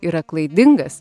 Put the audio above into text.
yra klaidingas